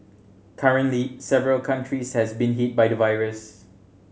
currently several countries has been hit by the virus